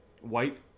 White